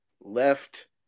left